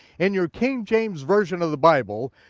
in your king james version of the bible,